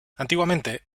antiguamente